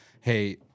hey